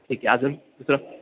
ठीक आहे अजून दुसरं